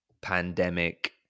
pandemic